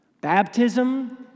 Baptism